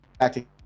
acting